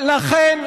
לכן,